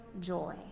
joy